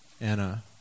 Anna